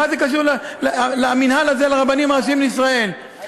מה קשור המינהל הזה לרבנים הראשיים לישראל?